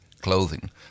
clothing